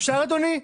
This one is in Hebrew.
אפשר, אדוני?